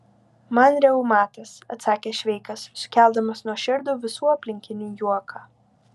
man reumatas atsakė šveikas sukeldamas nuoširdų visų aplinkinių juoką